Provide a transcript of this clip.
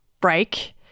break